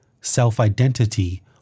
self-identity